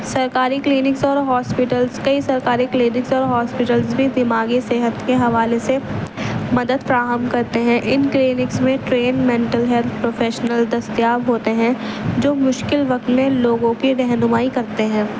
سرکاری کلینکس اور ہاسپٹلس کئی سرکاری کلینکس اور ہاسپٹلس بھی دماغی صحت کے حوالے سے مدد فراہم کرتے ہیں ان کلینکس میں دستیاب ہوتے ہیں جو مشکل وقت میں لوگوں کی رہنمائی کرتے ہیں